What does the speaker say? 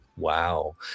Wow